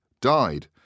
died